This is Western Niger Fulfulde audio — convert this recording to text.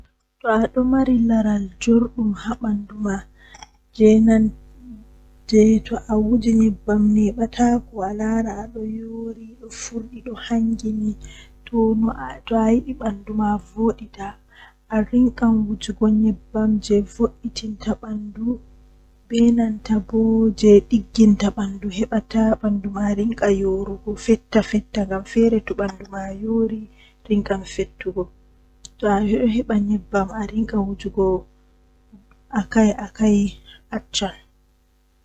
Ɗidi, Nay, Jweego, Joweeɗiɗi, Jweetati, Jweenay, Sappo, Sappo e joye, Sappo e jweedidi, Noogas.